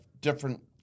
different